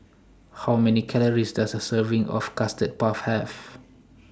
How Many Calories Does A Serving of Custard Puff Have